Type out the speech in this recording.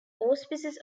auspices